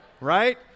Right